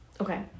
Okay